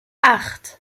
acht